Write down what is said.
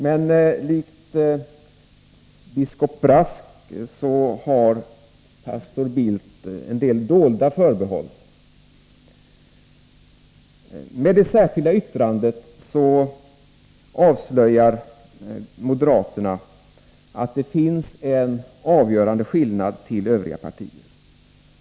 Men likt biskop Brask har pastor Bildt en del dolda förbehåll. Med det särskilda yttrandet avslöjar moderaterna att det finns en avgörande skillnad gentemot övriga partier.